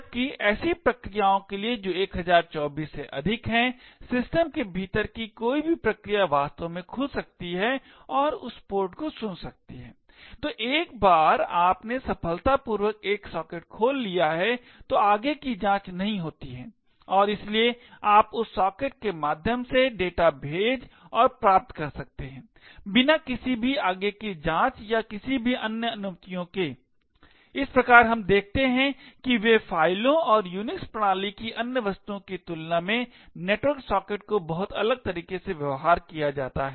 जबकि ऐसी प्रक्रियाओं के लिए जो 1024 से अधिक हैं सिस्टम के भीतर की कोई भी प्रक्रिया वास्तव में खुल सकती है और उस पोर्ट को सुन सकती है तो एक बार आपने सफलतापूर्वक एक सॉकेट खोल लिया है तो आगे की जाँच नहीं होती है और इसलिए आप उस सॉकेट के माध्यम से डेटा भेज और प्राप्त कर सकते हैं बिना किसी भी आगे की जाँच या किसी भी अन्य अनुमतियों के इस प्रकार हम देखते हैं कि वे फ़ाइलों और यूनिक्स प्रणाली की अन्य वस्तुओं की तुलना में नेटवर्क सॉकेट को बहुत अलग तरीके से व्यवहार किया जाता है